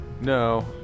no